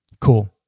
Cool